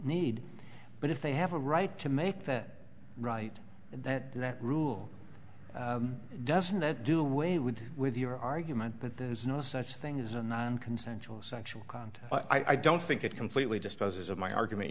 need but if they have a right to make that right that that rule doesn't that do weigh with with your argument but there's no such thing as a nine consensual sexual contact i don't think it completely disposes of my argument